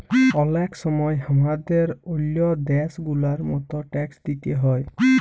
অলেক সময় হামাদের ওল্ল দ্যাশ গুলার মত ট্যাক্স দিতে হ্যয়